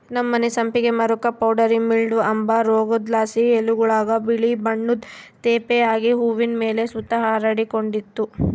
ನಮ್ಮನೆ ಸಂಪಿಗೆ ಮರುಕ್ಕ ಪೌಡರಿ ಮಿಲ್ಡ್ವ ಅಂಬ ರೋಗುದ್ಲಾಸಿ ಎಲೆಗುಳಾಗ ಬಿಳೇ ಬಣ್ಣುದ್ ತೇಪೆ ಆಗಿ ಹೂವಿನ್ ಮೇಲೆ ಸುತ ಹರಡಿಕಂಡಿತ್ತು